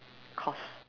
course